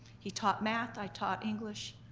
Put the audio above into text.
he taught math, i taught english.